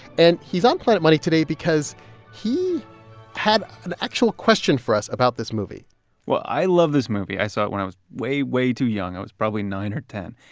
and, he's on planet money today because he had an actual question for us about this movie well, i love this movie. i saw it when i was way, way too young. i was probably nine or ten,